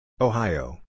Ohio